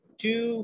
two